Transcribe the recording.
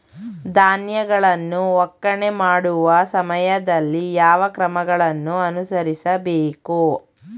ಧಾನ್ಯಗಳನ್ನು ಒಕ್ಕಣೆ ಮಾಡುವ ಸಮಯದಲ್ಲಿ ಯಾವ ಕ್ರಮಗಳನ್ನು ಅನುಸರಿಸಬೇಕು?